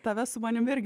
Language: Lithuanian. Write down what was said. tave su manim irgi